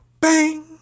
bang